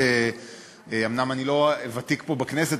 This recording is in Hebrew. אומנם אני לא ותיק פה בכנסת,